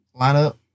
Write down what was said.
lineup